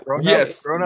yes